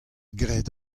graet